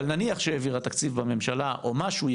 אבל נניח שהיא העבירה תקציב ממשלה או לפחות משהו,